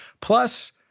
Plus